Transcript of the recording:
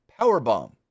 powerbomb